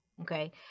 Okay